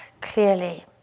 clearly